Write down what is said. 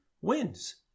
wins